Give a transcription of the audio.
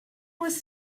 was